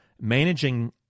managing